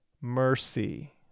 mercy